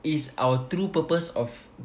is our true purpose of